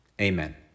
amen